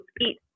eat